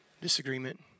disagreement